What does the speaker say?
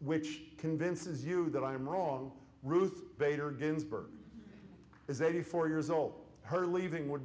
which convinces you that i am wrong ruth bader ginsburg is eighty four years old her leaving would